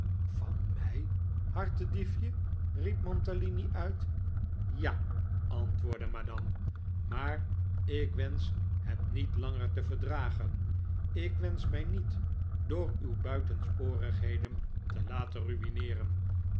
van mij hartediefje riep mantalini uit ja antwoordde madame maar ik wensch het niet langer te verdragen ik wensch mij niet door uw buitensporigheden te laten